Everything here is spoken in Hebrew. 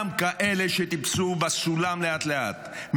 גם כאלה שטיפסו בסולם לאט-לאט,